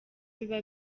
biba